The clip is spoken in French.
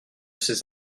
ces